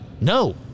no